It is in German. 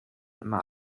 immer